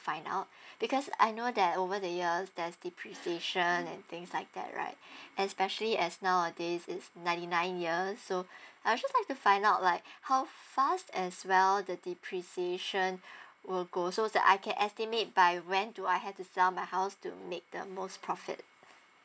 find out because I know that over the years there's depreciation and things like that right especially as nowadays it's ninety nine years so I'd also like to find out like how fast as well the depreciation will go so that I can estimate by when do I have to sell my house to make the most profit